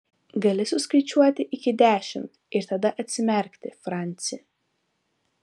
gali suskaičiuoti iki dešimt ir tada atsimerkti franci